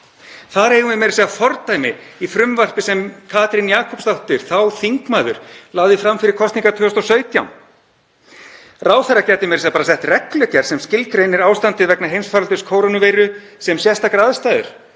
Þar eigum við meira að segja fordæmi í frumvarpi sem Katrín Jakobsdóttir, þá þingmaður, lagði fram fyrir kosningar 2017. Ráðherra gæti meira segja bara sett reglugerð sem skilgreinir ástandið vegna heimsfaraldurs kórónuveiru sem sérstakar aðstæður